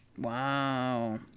Wow